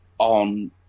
on